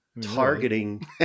targeting